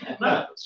No